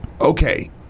Okay